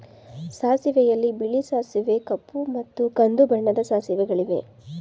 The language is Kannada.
ಸಾಸಿವೆಯಲ್ಲಿ ಬಿಳಿ ಸಾಸಿವೆ ಕಪ್ಪು ಮತ್ತು ಕಂದು ಬಣ್ಣದ ಸಾಸಿವೆಗಳಿವೆ